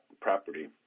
property